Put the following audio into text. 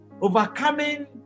Overcoming